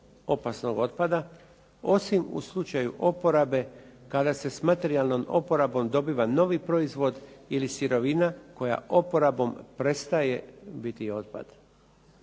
opasnog otpada osim u slučaju oporabe kada se s materijalnom oporabom dobiva novi proizvod ili sirovina koja oporabom prestaje biti otpad.",